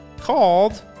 called